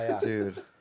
dude